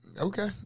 Okay